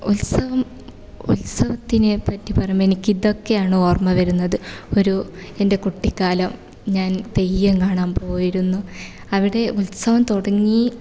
ഉത്സവം ഉത്സവത്തിനെ പറ്റി പറയുമ്പോൾ എനിക്ക് ഇതൊക്കെയാണ് ഓർമ്മ വരുന്നത് ഒരു എന്റെ കുട്ടിക്കാലം ഞാൻ തെയ്യം കാണാൻ പോയിരുന്നു അവിടെ ഉത്സവം തുടങ്ങി